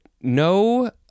no